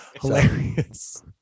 hilarious